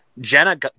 Jenna